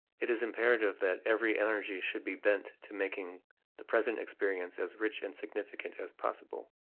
it is imperative that every energy should be bent to making the present experience as rich and significant as possible.